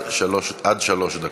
כל אחד, עד שלוש דקות.